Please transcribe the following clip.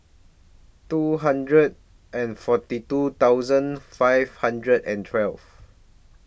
two hundred and forty two thousand five hundred and twelve